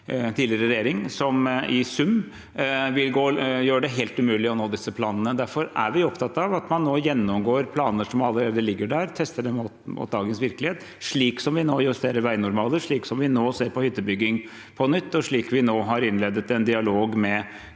som i sum vil gjøre det helt umulig å nå disse målene. Derfor er vi opptatt av at man nå gjennomgår planer som allerede ligger der, og tester dem mot dagens virkelighet, slik som vi nå justerer veinormaler, slik som vi nå ser på hyttebygging på nytt, og slik som vi nå har innledet en dialog med